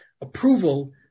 approval